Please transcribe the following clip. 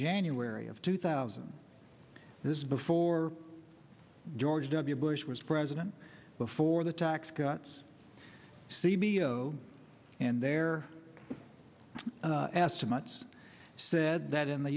january of two thousand this is before george w bush was president before the tax cuts cabo and there estimates said that in the